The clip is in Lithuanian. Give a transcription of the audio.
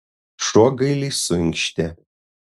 šuo gailiai suinkštė